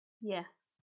Yes